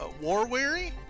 war-weary